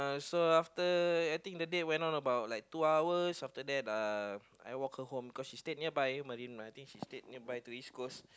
so after I think the date went on about like two hours after that uh I walk her home because she live nearby Marina M_R_T station nearby to his school